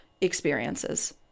experiences